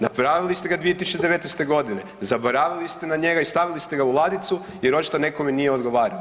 Napravili ste ga 2019.g., zaboravili ste na njega i stavili ste ga u ladicu jer očito nekome nije odgovarao.